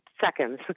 seconds